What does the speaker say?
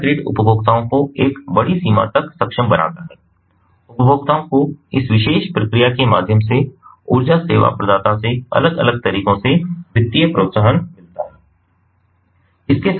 smart grid उपभोक्ताओं को एक बड़ी सीमा तक सक्षम बनाता है उपभोक्ताओं को इस विशेष प्रक्रिया के माध्यम से ऊर्जा सेवा प्रदाता से अलग अलग तरीकों से वित्तीय प्रोत्साहन मिलता है